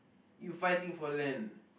you fighting for land